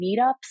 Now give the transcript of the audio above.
meetups